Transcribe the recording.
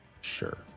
sure